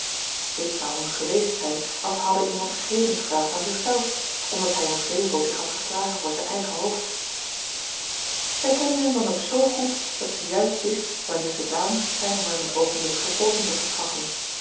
dit zou hun geweest zyn als hadde iemand vergeving gevraagd aan zichzelf omdat hy in wrevel zich had geslagen voor zyn eigen hoofd zy kende hem dan ook zoo goed dat ze juist wist wanneer ze dààr moest zyn om hem een oogenblik verpoozing te verschaffen